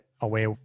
away